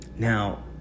Now